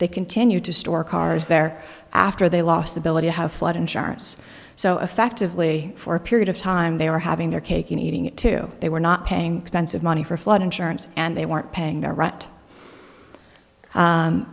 they continued to store cars there after they lost the ability to have flood insurance so effectively for a period of time they were having their cake and eating it too they were not paying spence of money for flood insurance and they weren't paying the